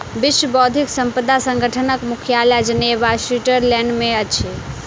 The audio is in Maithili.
विश्व बौद्धिक संपदा संगठनक मुख्यालय जिनेवा, स्विट्ज़रलैंड में अछि